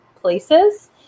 places